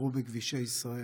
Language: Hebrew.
שאירעו בכבישי ישראל.